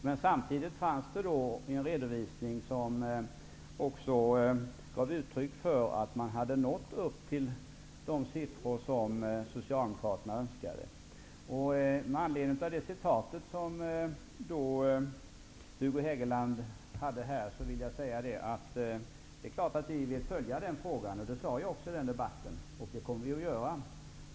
Men samtidigt fanns det en redovisning som också gav uttryck för att man hade nått upp till de siffror som Med anledning av det som Hugo Hegeland refererade från förra årets debatt, vill jag säga att det är klart att vi vill följa denna fråga. Det sade jag också i den debatten, och det kommer vi att göra.